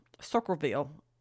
Circleville